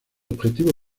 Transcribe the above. objetivo